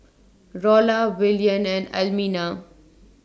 Rolla Willian and Almina